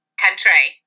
country